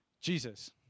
Jesus